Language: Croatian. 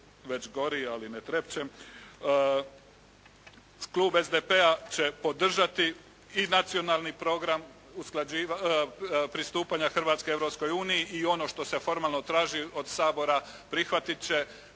već gori ali ne trepće, klub SDP-a će podržati i Nacionalni program pristupanja Hrvatske Europskoj uniji i ono što se formalno traži od Sabora prihvatit će